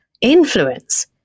influence